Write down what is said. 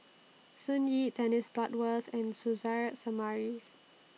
Sun Yee Dennis Bloodworth and Suzairhe Sumari